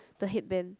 the head band